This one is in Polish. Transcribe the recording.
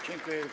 Dziękuję.